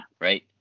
right